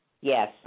Yes